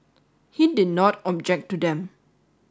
he did not object to them